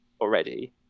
already